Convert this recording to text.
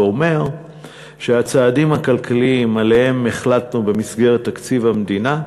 ואומר שהצעדים הכלכליים שעליהם החלטנו במסגרת תקציב המדינה,